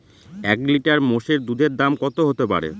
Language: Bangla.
এক লিটার মোষের দুধের দাম কত হতেপারে?